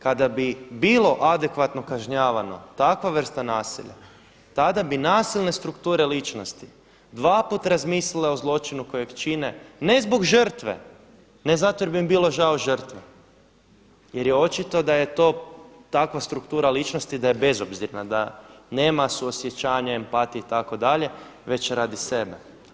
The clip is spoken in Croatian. Kada bi bilo adekvatno kažnjavano takva vrsta nasilja, tada bi nasilne strukture ličnosti dva puta razmislile o zločinu kojeg čine ne zbog žrtve, ne zato jer bi im bilo žao žrtve jer je očito da je to takva struktura ličnosti da je bezobzirna, da nema suosjećanja empatije itd. već radi sebe.